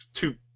two